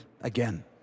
again